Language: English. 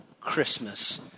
Christmas